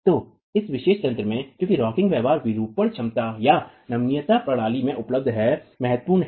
तो इस विशेष तंत्र में क्योंकि रॉकिंग व्यवहार विरूपण क्षमता या नमनीयता प्रणाली में उपलब्ध है महत्वपूर्ण है